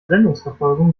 sendungsverfolgung